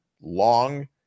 long